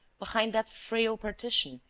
behind that frail partition,